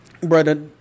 Brother